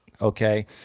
Okay